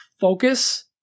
Focus